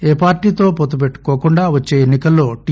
ఏ పార్టీతో వొత్తుపెట్టుకోకుండా వచ్చే ఎన్ని కల్లో టి